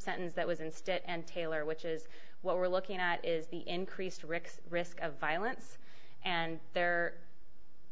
sentence that was instead and taylor which is what we're looking at is the increased risks risk of violence and there